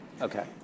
Okay